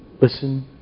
Listen